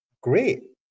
Great